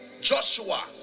Joshua